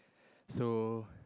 so